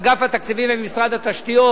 אגף התקציבים במשרד התשתיות.